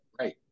right